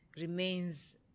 remains